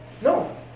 no